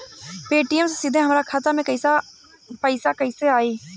Paytm से सीधे हमरा खाता मे पईसा कइसे आई?